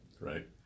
Right